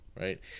right